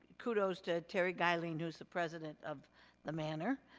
kudos to terry geiling, who's the president of the manor.